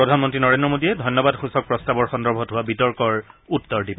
প্ৰধানমন্ত্ৰী নৰেন্দ্ৰ মোডীয়ে ধন্যবাদসূচক প্ৰস্তাৱৰ সন্দৰ্ভত হোৱা বিতৰ্কৰ উত্তৰ দিব